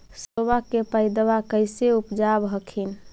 सरसोबा के पायदबा कैसे उपजाब हखिन?